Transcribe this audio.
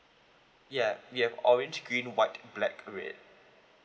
ya we have orange green white black red